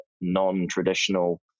non-traditional